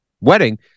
wedding